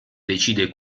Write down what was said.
decide